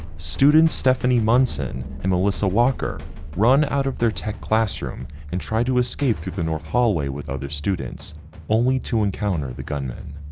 students stephanie monson and melissa walker run out of their tech classroom and tried to escape through the north hallway with other students only to encounter the gunman.